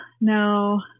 No